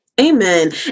Amen